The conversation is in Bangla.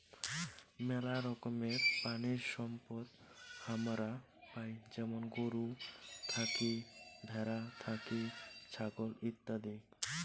মেলা রকমের প্রাণিসম্পদ হামারা পাই যেমন গরু থাকি, ভ্যাড়া থাকি, ছাগল ইত্যাদি